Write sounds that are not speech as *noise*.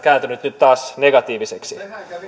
*unintelligible* kääntynyt nyt taas negatiiviseksi